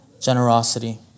generosity